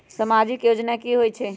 समाजिक योजना की होई छई?